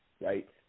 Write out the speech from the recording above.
right